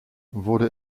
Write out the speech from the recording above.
wurde